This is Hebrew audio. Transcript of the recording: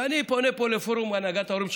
ואני פונה פה לפורום הנהגת ההורים,